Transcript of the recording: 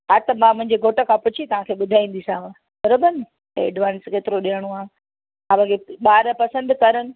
हा त मां मुंहिंजे घोट खां पुछी तव्हांखे ॿुधाईंदीसांव बराबरि न त एडवांस केतिरो ॾियणो आ तां मूंखे ॿार पसंदि कनि